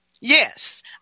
Yes